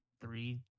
three